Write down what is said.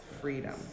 Freedom